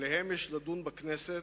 יש לדון עליהם בכנסת,